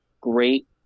great